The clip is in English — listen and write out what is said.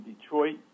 Detroit